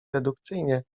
dedukcyjnie